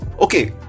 okay